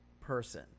person